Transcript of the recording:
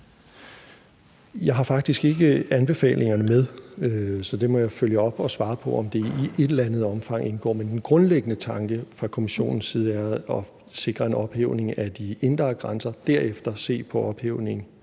Jeg har faktisk ikke anbefalingerne med, så det må jeg følge op og svare på, om det i et eller andet omfang indgår. Men den grundlæggende tanke fra Kommissionens side er at sikre en ophævning af de indre grænser og derefter se på en ophævning